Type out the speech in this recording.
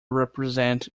represent